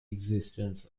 existence